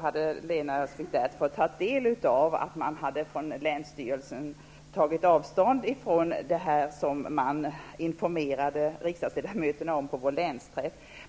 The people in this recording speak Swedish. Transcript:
hade Lena Öhrsvik fått ta del av att länsstyrelsen har tagit avstånd från det som riksdagsledamöterna informerades om vid vår länsträff.